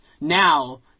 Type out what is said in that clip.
now